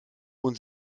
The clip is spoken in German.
und